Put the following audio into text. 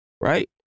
Right